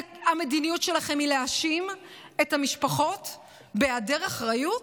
המדיניות שלכם היא להאשים את המשפחות בהיעדר אחריות?